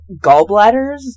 gallbladders